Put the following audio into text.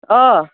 آ